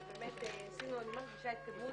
באמת עשינו התקדמות